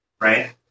Right